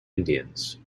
indians